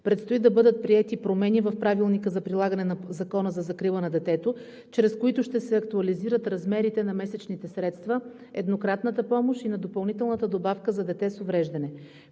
Предстои да бъдат приети промени в Правилника за прилагане на Закона за закрила на детето, чрез които ще се актуализират размерите на месечните средства, еднократната помощ и на допълнителната добавка за дете с увреждане.